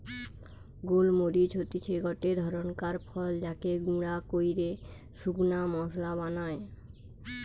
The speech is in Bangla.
গোল মরিচ হতিছে গটে ধরণকার ফল যাকে গুঁড়া কইরে শুকনা মশলা বানায়